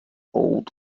old